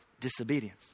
disobedience